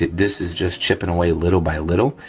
this is just chipping away little by little,